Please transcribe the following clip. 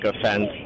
offense